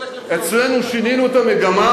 אצלנו שינינו את המגמה,